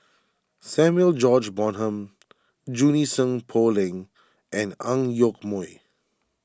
Samuel George Bonham Junie Sng Poh Leng and Ang Yoke Mooi